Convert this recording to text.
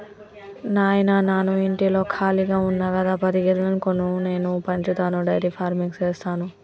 నాయిన నాను ఇంటిలో కాళిగా ఉన్న గదా పది గేదెలను కొను నేను పెంచతాను డైరీ ఫార్మింగ్ సేస్తాను